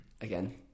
again